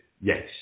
yes